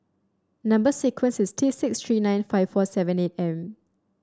number sequence is T six three nine five four seven eight M